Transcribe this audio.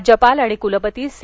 राज्यपाल आणि कुलपती सी